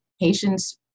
patients